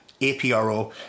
APRO